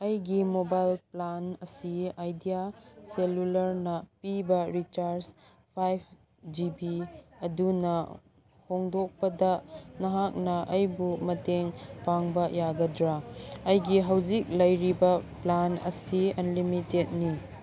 ꯑꯩꯒꯤ mobile plan ꯑꯁꯤ Idea ꯁꯦꯜꯂꯨꯂꯔꯅ ꯄꯤꯕ ꯔꯤꯆꯥꯔꯖ ꯐꯥꯏꯚ ꯖꯤ ꯕꯤ ꯑꯗꯨꯅ ꯍꯣꯡꯗꯣꯛꯄꯗ ꯅꯍꯥꯛꯅ ꯑꯩꯕꯨ ꯃꯇꯦꯡ ꯄꯥꯡꯕ ꯌꯥꯒꯗ꯭ꯔꯥ ꯑꯩꯒꯤ ꯍꯧꯖꯤꯛ ꯂꯩꯔꯤꯕ ꯄ꯭ꯂꯥꯟ ꯑꯁꯤ ꯑꯟꯂꯤꯃꯤꯇꯦꯠꯅꯤ